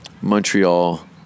Montreal